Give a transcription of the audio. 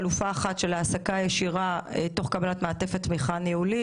חלופה אחת של העסקה ישירה תוך קבלת מעטפת תמיכה ניהולית,